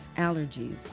allergies